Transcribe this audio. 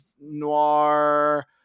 noir